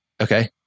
Okay